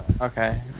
Okay